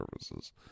services